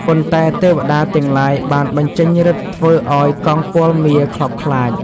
ប៉ុន្តែទេវតាទាំងឡាយបានបញ្ចេញឫទ្ធិធ្វើឲ្យកងពលមារខ្លបខ្លាច។